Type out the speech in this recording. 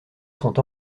sont